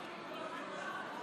ההצעה לא